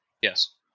Yes